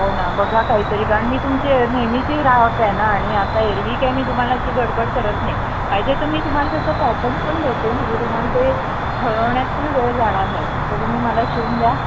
हो ना बघा काही तरी कारण मी तुमची नेहमीची ग्राहक आहे ना आणि आता एरव्ही काय मी तुम्हाला अशी गडबड करत नाही पाहिजे तर मी तुम्हाला त्याचं पॅटर्न पण देते म्हणजे तुम्हाला ते ठरवण्यात पण वेळ जाणार नाही फक्त तुम्ही मला शिवून द्या